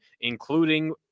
including